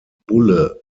bulle